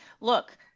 Look